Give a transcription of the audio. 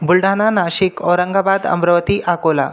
Buldhana Nashik Aurangabad Amravati Akola